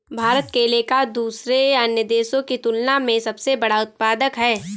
भारत केले का दूसरे अन्य देशों की तुलना में सबसे बड़ा उत्पादक है